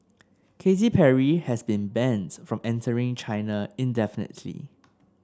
Katy Perry has been banned from entering China indefinitely